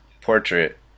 portrait